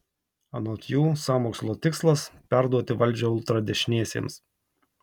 anot jų sąmokslo tikslas perduoti valdžią ultradešiniesiems